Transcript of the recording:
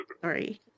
Sorry